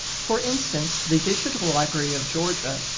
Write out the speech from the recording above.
for instance, the digital library of georgia,